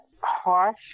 harsh